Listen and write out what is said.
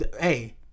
Hey